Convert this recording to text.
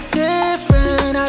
different